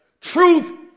Truth